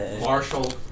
Marshall